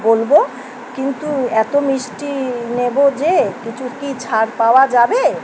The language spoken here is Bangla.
বলবো কিন্তু এতো মিষ্টি নেবো যে কিছু কি ছাড় পাওয়া যাবে